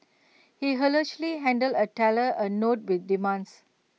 he allegedly handed A teller A note with demands